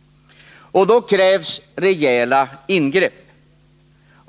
— och då krävs rejäla ingrepp.